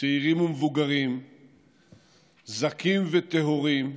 צעירים ומבוגרים זכים וטהורים,